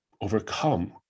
overcome